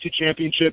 Championship